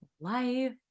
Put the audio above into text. life